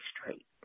straight